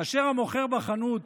כאשר המוכר בחנות